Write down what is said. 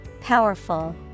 Powerful